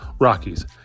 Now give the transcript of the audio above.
Rockies